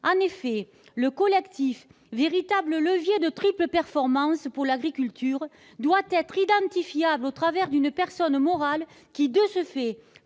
En effet, le collectif, véritable levier de triple performance pour l'agriculture, doit être identifiable au travers d'une personne morale qui, de ce fait,